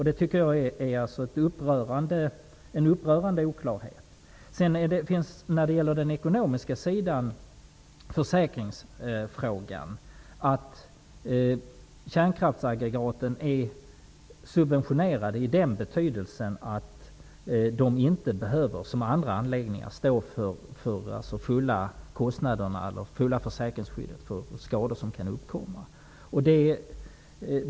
Det tycker jag är en upprörande oklarhet. När det gäller den ekonomiska sidan har vi försäkringsfrågan. Kärnkraftsaggregaten är subventionerade i den betydelsen att de inte, som andra anläggningar, behöver stå för fulla försäkringsskyddet för skador som kan uppkomma.